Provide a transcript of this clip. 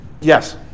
yes